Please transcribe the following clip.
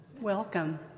Welcome